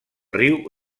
riu